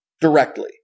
directly